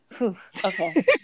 okay